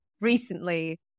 recently